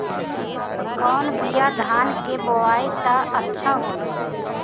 कौन बिया धान के बोआई त अच्छा होई?